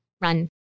run